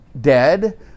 dead